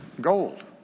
gold